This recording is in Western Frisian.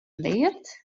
leard